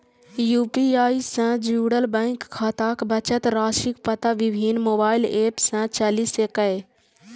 UPI सं जुड़ल bank खाताक बचत राशिक पता विभिन्न मोबाइल एप सं चलि सकैए